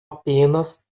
apenas